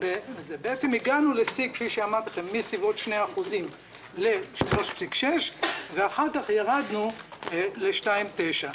הגענו לשיא, מ-2% ל-3.6%, ואחר כך ירדנו ל-2.9%.